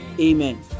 Amen